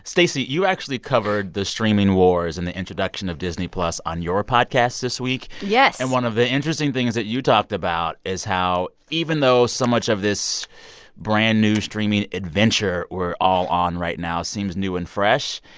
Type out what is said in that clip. stacey, you actually covered the streaming wars and the introduction of disney plus on your podcast this week yes and one of the interesting things that you talked about is how, even though so much of this brand-new streaming adventure we're all on right now seems new and fresh,